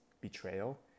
betrayal